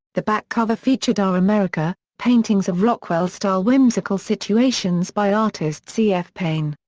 the back cover featured our america, paintings of rockwell-style whimsical situations by artist c. f. payne.